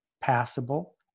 passable